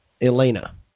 Elena